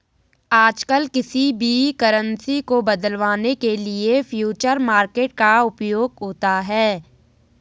आजकल किसी भी करन्सी को बदलवाने के लिये फ्यूचर मार्केट का उपयोग होता है